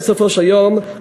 בסופו של יום,